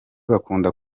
bakunda